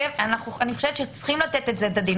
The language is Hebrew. אני חושבת שצריך לתת את זה בדין.